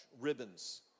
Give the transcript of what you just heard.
ribbons